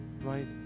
right